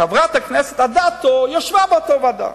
חברת הכנסת אדטו ישבה באותה ועדה